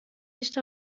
nicht